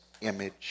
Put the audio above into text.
image